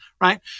right